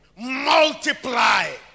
multiply